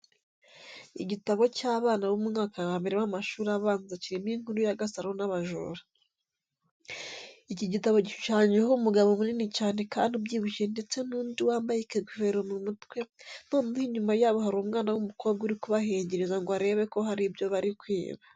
Igitabo cy'abana bo mu mwaka wa mbere w'amashuri abanza kirimo inkuru ya Gasaro n'abajura. Iki gitabo gishushanyijeho umugabo munini cyane kandi ubyibushye ndetse n'undi wambaye ikigofero mu mutwe, noneho inyuma yabo hari umwana w'umukobwa uri kubahengereza ngo arebe ko hari ibyo bari kwiba.